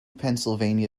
pennsylvania